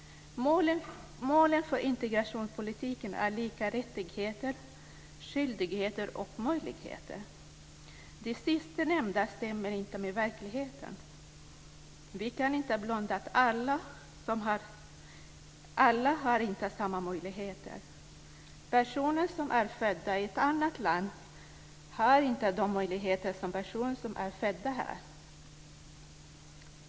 Målen för integrationspolitiken är lika rättigheter, skyldigheter och möjligheter. Det sistnämnda stämmer inte med verkligheten. Vi kan inte blunda för att alla inte har samma möjligheter. Personer som är födda i ett annat land har inte de möjligheter som personer som är födda här har.